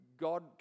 God